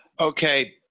Okay